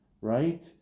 right